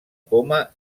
coma